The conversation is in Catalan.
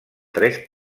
tres